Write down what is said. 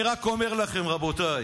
אני רק אומר לכם, רבותיי,